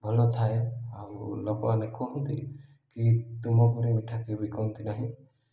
ଭଲ ଥାଏ ଆଉ ଲୋକମାନେ କୁହନ୍ତି କି ତୁମ ପରି ମିଠା କିଏ ବିକନ୍ତି ନାହିଁ